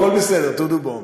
"הכול בסדר, טודו בום".